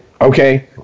Okay